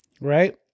right